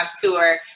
tour